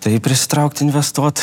tai prisitraukt investuot